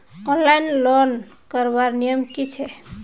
Online loan करवार नियम की छे?